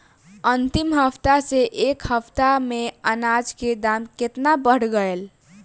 अंतिम हफ्ता से ए हफ्ता मे अनाज के दाम केतना बढ़ गएल?